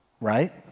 right